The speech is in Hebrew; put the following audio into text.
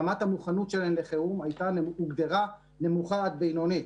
רמת המוכנות שלהן לחירום הוגדרה נמוכה עד בינונית,